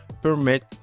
permit